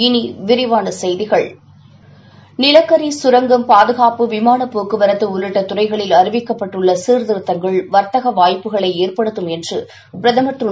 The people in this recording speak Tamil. இனி விரிவான செய்திகள் நிலக்கரி சுரங்கம் பாதுகாப்பு விமானப் போக்குவரத்து உள்ளிட்ட துறைகளில் அறிவிக்கப்பட்டுள்ள சீர்திருத்தங்கள் வர்த்தக வாய்ப்புகளை ஏற்படுத்தும் என்றும் பிரதமர் திரு